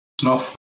snuff